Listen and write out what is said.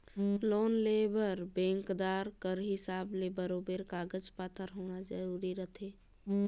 loan लेय बर बेंकदार कर हिसाब ले बरोबेर कागज पाथर होना जरूरी रहथे